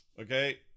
okay